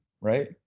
right